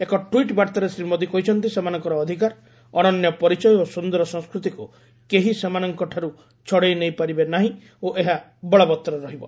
ଏକ ଟ୍ୱିଟ୍ ବାର୍ତ୍ତାରେ ଶ୍ରୀ ମୋଦି କହିଛନ୍ତି ସେମାନଙ୍କର ଅଧିକାର ଅନନ୍ୟ ପରିଚୟ ଓ ସୁନ୍ଦର ସଂସ୍କୃତିକୁ କେହି ସେମାନଙ୍କଠାରୁ ଛଡେଇ ନେଇପାରିବେ ନାହିଁ ଓ ଏହା ବଳବତ୍ତର ରହିବ